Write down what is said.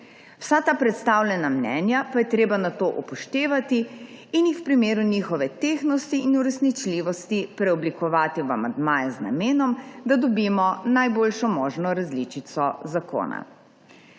Vsa ta predstavljena mnenja pa je treba nato upoštevati in jih v primeru njihove tehtnosti in uresničljivosti preoblikovati v amandmaje z namenom, da dobimo najboljšo možno različico zakona.